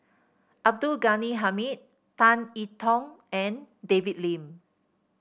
Abdul Ghani Hamid Tan I Tong and David Lim